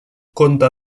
conta